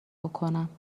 بکنم